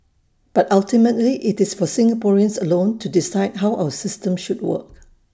but ultimately IT is for Singaporeans alone to decide how our system should work